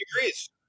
agrees